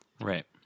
right